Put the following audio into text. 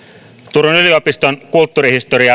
turun yliopiston kulttuurihistorian